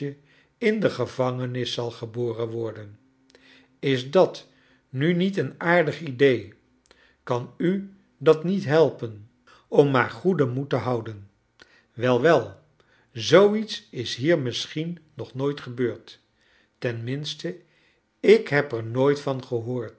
in de gevangenis zal geboren worden i is dat nu niet een aardig idee kan u dat niet helpen om maar goeden moed te houden wei wel zoo iets is hier misschien nog nooit gebeurd ten minste ik heb er nooit van gehoord